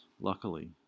luckily